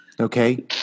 Okay